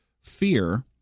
Fear